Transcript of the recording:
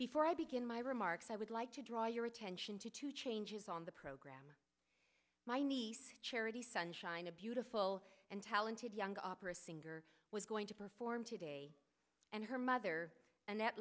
before i begin my remarks i would like to draw your attention to two changes on the program my niece charity sunshine a beautiful and talented young opera singer was going to perform today and her mother and that